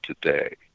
today